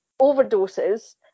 overdoses